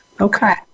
Okay